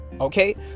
Okay